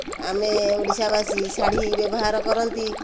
ଆମେ ଓଡ଼ିଶାବାସୀ ଶାଢ଼ୀ ବ୍ୟବହାର କରନ୍ତି